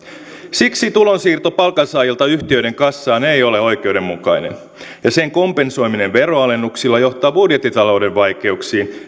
siksi tulonsiirto palkansaajilta yhtiöiden kassaan ei ole oikeudenmukainen ja sen kompensoiminen veronalennuksilla johtaa budjettitalouden vaikeuksiin